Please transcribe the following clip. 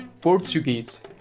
Portuguese